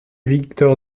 victor